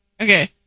Okay